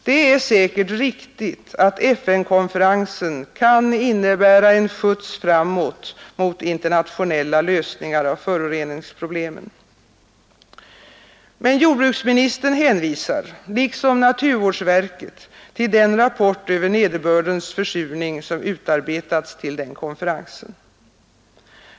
Det är säkert riktigt att FN-konferensen kan innebära en skjuts framåt mot internationella lösningar av föroreningsproblemen. Men jordbruks ministern hänvisar — liksom naturvårdsverket — till den rapport över nederbördens försurning som utarbetats till denna konferens.